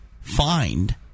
find